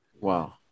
Wow